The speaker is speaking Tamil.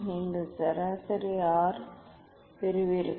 நீங்கள் சராசரி ஆர் பெறுவீர்கள்